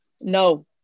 No